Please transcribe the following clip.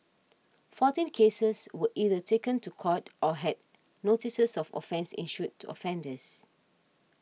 fourteen cases were either taken to court or had notices of offence issued to offenders